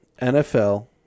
nfl